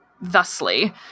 thusly